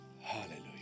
Hallelujah